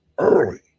early